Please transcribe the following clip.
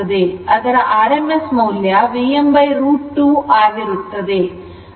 ಅದರ rms ಮೌಲ್ಯ Vm√ 2 ಆಗಿರುತ್ತದೆ